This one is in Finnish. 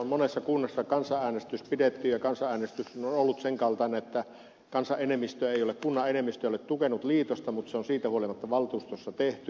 monessa kunnassa on kansanäänestys pidetty ja kansanäänestys on ollut sen kaltainen että kunnan enemmistö ei ole tukenut liitosta mutta se on siitä huolimatta valtuustossa tehty